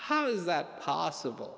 how is that possible